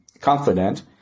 confident